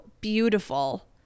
beautiful